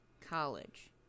College